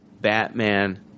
Batman